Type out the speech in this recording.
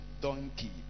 donkey